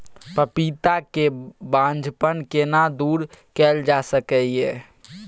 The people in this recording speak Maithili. पपीता के बांझपन केना दूर कैल जा सकै ये?